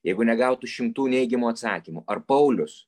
jeigu negautų šimtų neigiamų atsakymų ar paulius